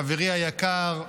חברי היקר,